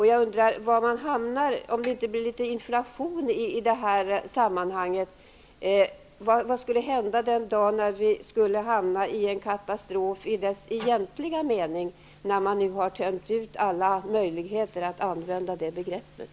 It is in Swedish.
Jag undrar var man hamnar, om det inte blir inflation i det här sammanhanget. Vad skulle hända den dag vi råkar ut för en katastrof i ordets egentiga mening, när man nu har tömt ut alla möjligheter att använda det begreppet?